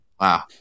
Wow